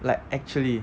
like actually